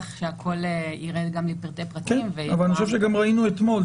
שהכול ירד לפרטי פרטים --- אבל אני חושב שראינו אתמול.